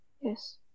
yes